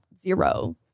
zero